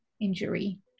injury